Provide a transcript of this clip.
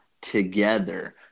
together